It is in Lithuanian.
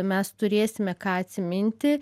mes turėsime ką atsiminti